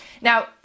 Now